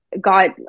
got